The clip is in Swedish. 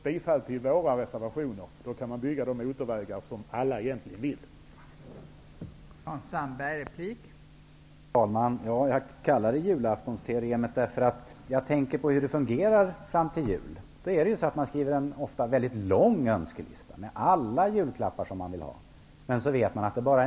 Bifall till våra reservationer innebär att vi kan bygga de motorvägar som alla egentligen vill ha.